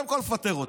קודם כול, לפטר אותה,